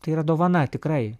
tai yra dovana tikrai